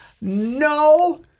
no